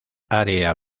área